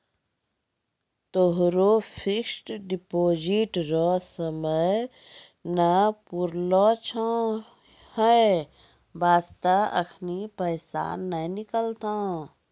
तोहरो fixed deposit रो समय सीमा नै पुरलो छौं है बास्ते एखनी पैसा नै निकलतौं